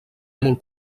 molt